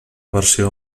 versió